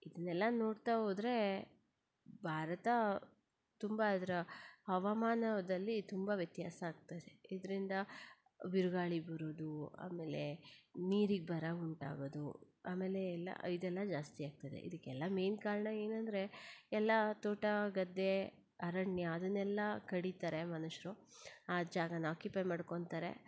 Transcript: ಇದನ್ನೆಲ್ಲ ನೋಡ್ತಾ ಹೋದ್ರೆ ಭಾರತ ತುಂಬ ಅದರ ಹವಾಮಾನದಲ್ಲಿ ತುಂಬ ವ್ಯತ್ಯಾಸ ಆಗ್ತಾ ಇದೆ ಇದರಿಂದ ಬಿರುಗಾಳಿ ಬರೋದು ಆಮೇಲೆ ನೀರಿಗೆ ಬರ ಉಂಟಾಗೋದು ಆಮೇಲೆ ಎಲ್ಲ ಇದೆಲ್ಲ ಜಾಸ್ತಿ ಆಗ್ತದೆ ಇದಕ್ಕೆಲ್ಲ ಮೇಯ್ನ್ ಕಾರಣ ಏನಂದರೆ ಎಲ್ಲ ತೋಟ ಗದ್ದೆ ಅರಣ್ಯ ಅದನ್ನೆಲ್ಲ ಕಡಿತಾರೆ ಮನುಷ್ಯರು ಆ ಜಾಗಾನ ಒಕ್ಯುಪೈ ಮಾಡ್ಕೊತಾರೆ